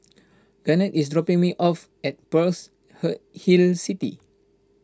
Garnett is dropping me off at Pearl's Hill City